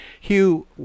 Hugh